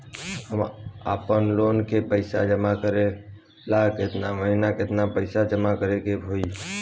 हम आपनलोन के पइसा जमा करेला केतना महीना केतना पइसा जमा करे के होई?